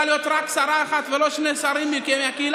להיות רק שרה אחת ולא שני שרים מהקהילה,